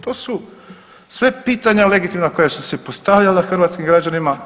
To su sve pitanja legitimna koja su se postavljala hrvatskim građanima.